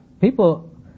People